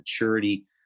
maturity